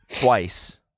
Twice